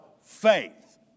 faith